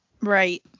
Right